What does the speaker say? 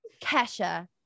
Kesha